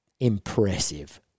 Impressive